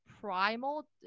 primal